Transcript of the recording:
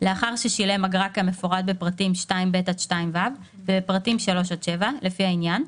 לאחר ששילם אגרה כמפורט בפרטים 2ב עד 2ו ובפרטים 3 עד 7 לפי העניין,